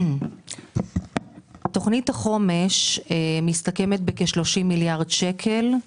תוכנית החומש, שמסתכמת בכ-30 מיליארד שקל,